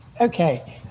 Okay